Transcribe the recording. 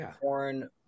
porn